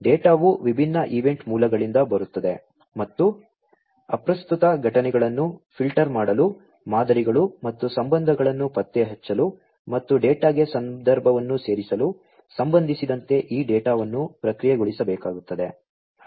ಡೇಟಾವು ವಿಭಿನ್ನ ಈವೆಂಟ್ ಮೂಲಗಳಿಂದ ಬರುತ್ತದೆ ಮತ್ತು ಅಪ್ರಸ್ತುತ ಘಟನೆಗಳನ್ನು ಫಿಲ್ಟರ್ ಮಾಡಲು ಮಾದರಿಗಳು ಮತ್ತು ಸಂಬಂಧಗಳನ್ನು ಪತ್ತೆಹಚ್ಚಲು ಮತ್ತು ಡೇಟಾಗೆ ಸಂದರ್ಭವನ್ನು ಸೇರಿಸಲು ಸಂಬಂಧಿಸಿದಂತೆ ಈ ಡೇಟಾವನ್ನು ಪ್ರಕ್ರಿಯೆಗೊಳಿಸಬೇಕಾಗುತ್ತದೆ